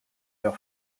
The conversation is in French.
leur